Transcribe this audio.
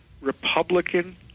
Republican